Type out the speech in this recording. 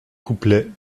couplets